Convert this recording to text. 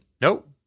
Nope